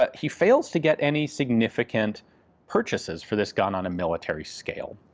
but he fails to get any significant purchases for this gun on a military scale.